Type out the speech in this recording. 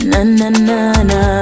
Na-na-na-na